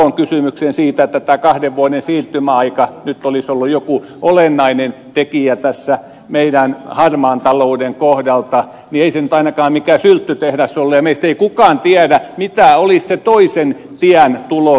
salon kysymykseen siitä että tämä kahden vuoden siirtymäaika olisi nyt ollut joku olennainen tekijä tässä meidän harmaan talouden kohdalta niin ei se nyt ainakaan mikään sylttytehdas ole ja meistä ei kukaan tiedä mikä olisi se toisen tien tulos ollut